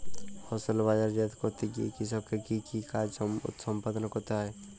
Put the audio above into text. ফসল বাজারজাত করতে গিয়ে কৃষককে কি কি কাজ সম্পাদন করতে হয়?